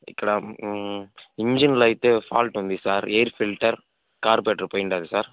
ఇక్కడ ఇంజిన్లో అయితే ఫాల్ట్ ఉంది సార్ ఎయిర్ ఫిల్టర్ కార్బోరేటర్ పోయింది సార్